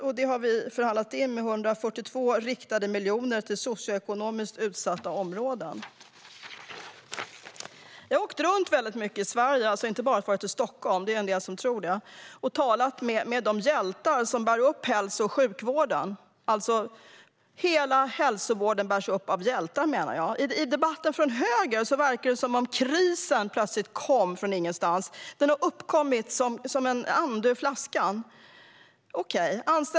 Vi har förhandlat fram 142 riktade miljoner till socioekonomiskt utsatta områden. Jag har åkt runt väldigt mycket i Sverige - jag har alltså inte bara varit i Stockholm, som en del tror - och talat med de hjältar som bär upp hälso och sjukvården. Hela hälsovården bärs upp av hjältar, menar jag. I debatten från höger verkar det som om krisen kom plötsligt, från ingenstans, som en ande ur flaskan.